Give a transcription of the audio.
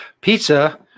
Pizza